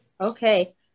Okay